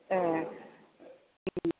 ए